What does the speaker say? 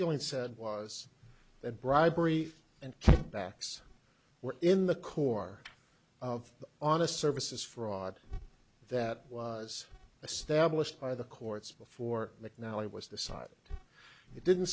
skilling said was that bribery and kick backs were in the core of honest services fraud that was established by the courts before mcnally was decided it didn't